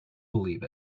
believe